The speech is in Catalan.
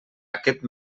aquest